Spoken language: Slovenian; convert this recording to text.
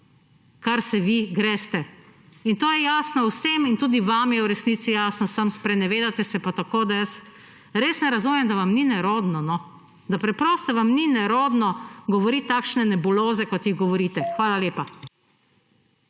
kar se vi greste. To je jasno vsem in tudi vam je v resnici jasno, samo sprenevedate se pa tako, da jaz res ne razumem, da vam ni nerodno. Da preprosto vam ni nerodno govoriti takšne nebuloze, kot jih govorite. Hvala lepa.